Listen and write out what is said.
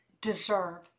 deserve